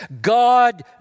God